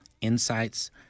insights